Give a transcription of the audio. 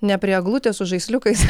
ne prie eglutės su žaisliukais